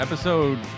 Episode